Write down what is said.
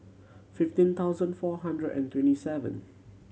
fifteen thousand four hundred and twenty seven